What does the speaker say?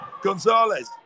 Gonzalez